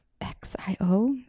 X-I-O